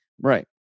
Right